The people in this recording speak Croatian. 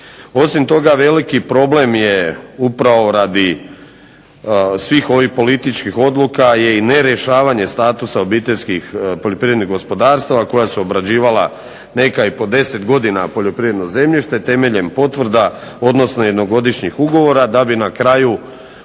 Osim toga veliki problem je upravo radi svih ovih političkih odluka je i ne rješavanje statusa obiteljskih poljoprivrednih gospodarstava koja su obrađivala, neka i po 10 godina, poljoprivredno zemljište temeljem potvrda, odnosno jednogodišnjih ugovora da bi na kraju